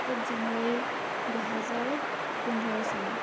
এক জানুৱাৰী দুহেজাৰ পোন্ধৰ চন